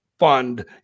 fund